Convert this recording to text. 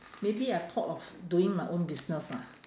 maybe I thought of doing my own business ah